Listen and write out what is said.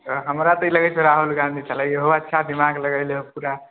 हमरा तऽ ई लगै छै राहुल गाँधी ईहो अच्छा दिमाग लगेलै पूरा